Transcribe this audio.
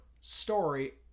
story